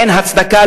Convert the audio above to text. אין לו הצדקה.